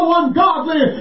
ungodly